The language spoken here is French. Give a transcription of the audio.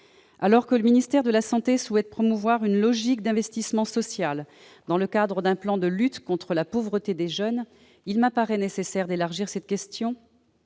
des solidarités et de la santé souhaite promouvoir une « logique d'investissement social » dans le cadre d'un plan de lutte contre la pauvreté des jeunes, il me paraît nécessaire d'élargir cette idée